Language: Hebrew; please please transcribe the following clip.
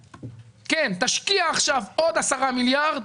כן, תשקיע עכשיו עוד עשרה מיליארד,